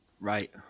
Right